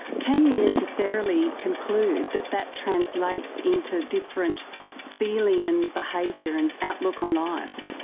can you necessarily conclude that that translates into different feeling and behaviour and outlook on life?